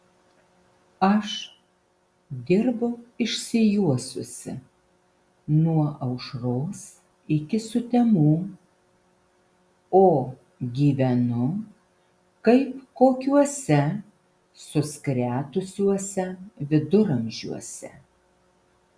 aš dirbu išsijuosusi nuo aušros iki sutemų o gyvenu kaip kokiuose suskretusiuose viduramžiuose